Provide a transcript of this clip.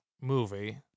movie